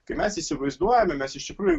kai mes įsivaizduojame mes iš tikrųjų